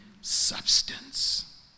substance